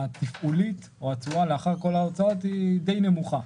התפעולית או התשואה לאחר כל ההוצאות היא די נמוכה.